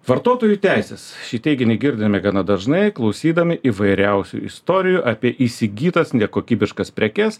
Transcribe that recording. vartotojų teisės šį teiginį girdime gana dažnai klausydami įvairiausių istorijų apie įsigytas nekokybiškas prekes